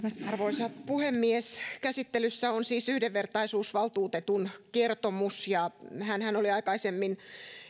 arvoisa puhemies käsittelyssä on siis yhdenvertaisuusvaltuutetun kertomus hänhän oli aikaisemmin